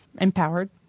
Empowered